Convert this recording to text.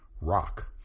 rock